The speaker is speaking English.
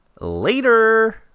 Later